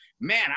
man